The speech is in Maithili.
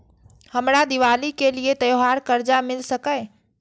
हमरा दिवाली के लिये त्योहार कर्जा मिल सकय?